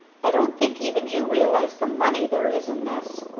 i don't think even you realize the money there is in this